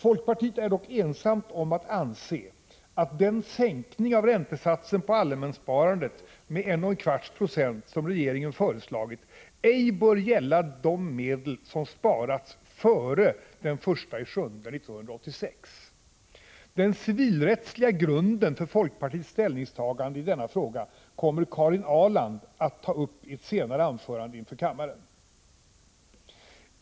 Folkpartiet är dock ensamt om att anse att den sänkning av räntesatsen på allemanssparandet med 1,25 2 som regeringen föreslagit ej bör gälla de medel som sparats före den 1 juli 1986. Den civilrättsliga grunden för folkpartiets ställningstagande i denna fråga kommer Karin Ahrland att ta upp i ett senare anförande inför kammaren.